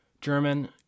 German